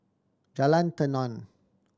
Jalan Tenon